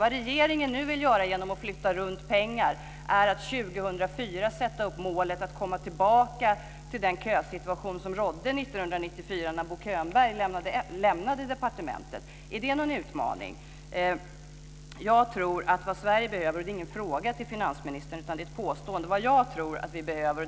Vad regeringen nu vill göra genom att flytta runt pengar är att 2004 sätta upp målet att komma tillbaka till den kösituation som rådde 1994 när Bo Könberg lämnade departementet. Jag tror att vad Sverige behöver - och det är ingen fråga till finansministern, utan det är ett påstående - är en ny regering.